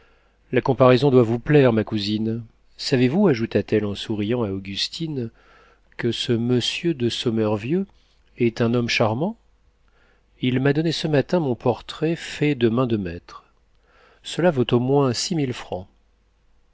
la comparaison doit vous plaire ma cousine savez-vous ajouta-t-elle en souriant à augustine que ce monsieur de sommervieux est un homme charmant il m'a donné ce matin mon portrait fait de main de maître cela vaut au moins